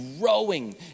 growing